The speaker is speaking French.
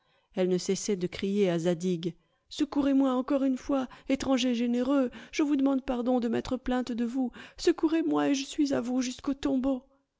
elle ne cessait de crier à zadig secourez-moi encore une fois étranger généreux je vous demande pardon de m'être plainte de vous secourez-moi et je suis à vous jusqu'au tombeau